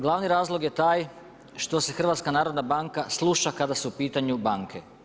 Glavni razlog je taj što se HNB sluša kada su u pitanju banke.